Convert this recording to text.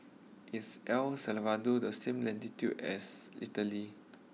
is El Salvador the same latitude as Italy